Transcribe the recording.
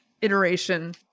iteration